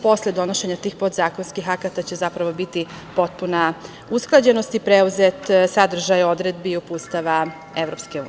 Posle donošenja tih podzakonskih akata će zapravo biti potpuna usklađenost i preuzete sadržaj odredbi i uputstava EU.